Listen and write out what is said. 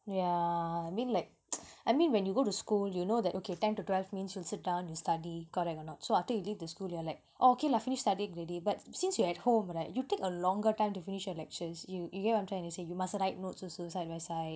yeah I mean like I mean when you go to school you know that okay ten to twelve means you sit down and study correct or not so after you leave the school you're like okay lah finish studying ready but since you at home right you take a longer time to finish their lectures you you get I'm trying to say you must write notes also side by side